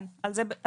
כן, על זה מדובר.